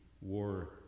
War